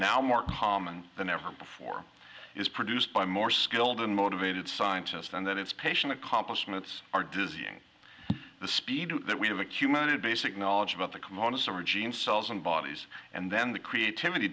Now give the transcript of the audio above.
now more common than ever before is produced by more skilled and motivated scientists and that its patient accomplishments are dizzying the speed that we have accumulated basic knowledge about the kimonos over genes cells and bodies and then the creativity